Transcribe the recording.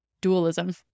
dualism